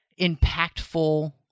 impactful